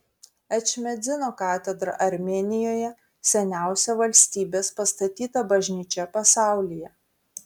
ečmiadzino katedra armėnijoje seniausia valstybės pastatyta bažnyčia pasaulyje